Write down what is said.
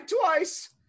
twice